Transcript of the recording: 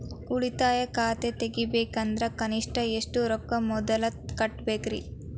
ಉಳಿತಾಯ ಖಾತೆ ತೆಗಿಬೇಕಂದ್ರ ಕನಿಷ್ಟ ಎಷ್ಟು ರೊಕ್ಕ ಮೊದಲ ಕಟ್ಟಬೇಕ್ರಿ?